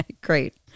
great